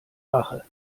rache